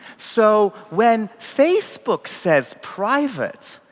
so when facebook says private,